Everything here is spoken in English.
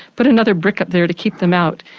but another brick up there to keep them out.